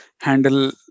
handle